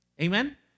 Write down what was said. Amen